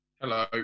Hello